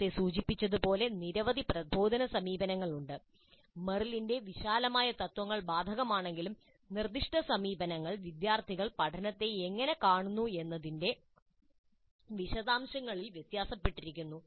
നേരത്തെ സൂചിപ്പിച്ചതുപോലെ നിരവധി പ്രബോധന സമീപനങ്ങളുണ്ട് മെറിലിന്റെ വിശാലമായ തത്ത്വങ്ങൾ ബാധകമാണെങ്കിലും നിർദ്ദിഷ്ട സമീപനങ്ങൾ വിദ്യാർത്ഥികൾ പഠനത്തെ എങ്ങനെ കാണുന്നു എന്നതിന്റെ വിശദാംശങ്ങളിൽ വ്യത്യാസപ്പെട്ടിരിക്കുന്നു